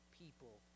people